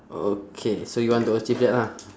okay so you want to achieve that lah